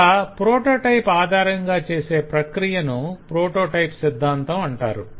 ఇలా ప్రొటోటైప్ ఆధారంగా చేసే ప్రక్రియను ప్రొటోటైప్ సిద్ధాంతం అంటారు